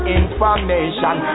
information